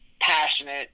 passionate